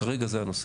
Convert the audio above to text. כרגע זה הנושא.